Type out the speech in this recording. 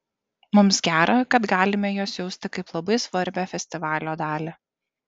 mums gera kad galime juos jausti kaip labai svarbią festivalio dalį